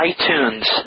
iTunes